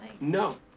No